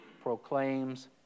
proclaims